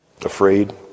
afraid